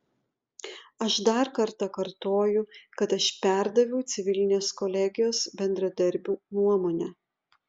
aš dar kartą kartoju kad aš perdaviau civilinės kolegijos bendradarbių nuomonę